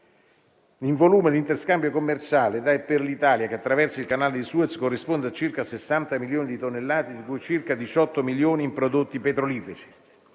Il volume di interscambio commerciale da e per l'Italia che attraversa il Canale di Suez corrisponde a circa 60 milioni di tonnellate, di cui circa 18 milioni in prodotti petroliferi.